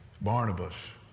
Barnabas